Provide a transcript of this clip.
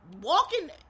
walking